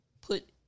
put